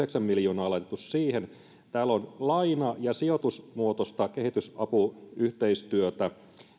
miljoonaa laitettu siihen täällä on laina ja sijoitusmuotoista kehitysapuyhteistyötä